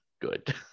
good